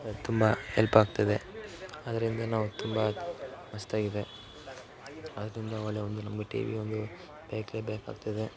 ತುಂಬ ಎಲ್ಪಾಗ್ತದೆ ಅದರಿಂದ ನಾವು ತುಂಬ ಮಸ್ತಾಗಿದೆ ಆದ್ದರಿಂದ ಒಳ್ಳೆ ಒಂದು ನಮಗೆ ಟಿವಿ ಒಂದು ಬೇಕೇ ಬೇಕಾಗ್ತದೆ